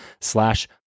slash